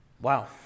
Wow